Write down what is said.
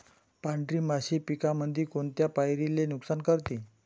पांढरी माशी पिकामंदी कोनत्या पायरीले नुकसान करते?